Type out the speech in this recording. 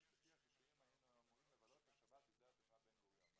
כך שלפי החישובים היינו אמורים לבלות את השבת בשדה התעופה בן גוריון,